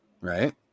Right